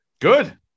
Good